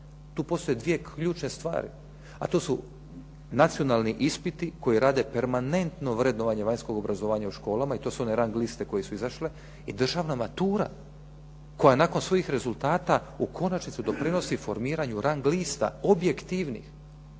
Tu postoje dvije ključne stvari, a to su nacionalni ispiti koji rade permanentno vrednovanje vanjskog obrazovanja u školama i to su one rang liste koje su izašle i državna matura koja nakon svojih rezultata u konačnici doprinosi formiranju rang lista objektivnih